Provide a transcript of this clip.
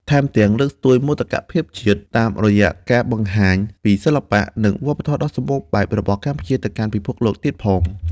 ថែមទាំង លើកស្ទួយមោទកភាពជាតិ តាមរយៈការបង្ហាញពីសិល្បៈ និងវប្បធម៌ដ៏សម្បូរបែបរបស់កម្ពុជាទៅកាន់ពិភពលោកទៀតផង។